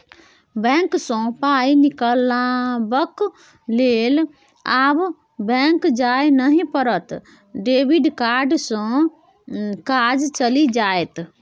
bank सँ पाय निकलाबक लेल आब बैक जाय नहि पड़त डेबिट कार्डे सँ काज चलि जाएत